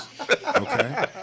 okay